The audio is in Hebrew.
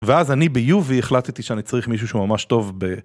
ואז אני ביובי החלטתי שאני צריך מישהו שהוא ממש טוב ב...